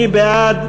מי בעד?